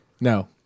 No